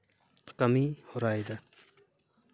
ᱠᱟᱹᱢᱤ ᱦᱚᱨᱟᱭᱮᱫᱟ